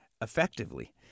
effectively